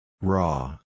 Raw